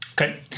okay